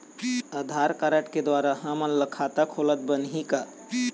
आधार card के द्वारा हमन ला खाता खोलत बनही का?